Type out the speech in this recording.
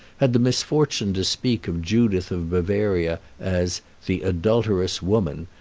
had the misfortune to speak of judith of bavaria as the adulterous woman,